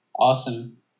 awesome